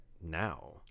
now